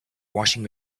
washing